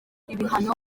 ibihano